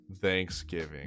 Thanksgiving